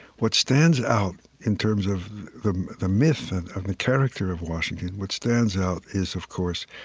what stands out in terms of the the myth and of the character of washington, what stands out is, of course,